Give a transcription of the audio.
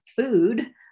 food